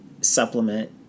supplement